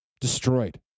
destroyed